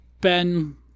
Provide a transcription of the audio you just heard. Ben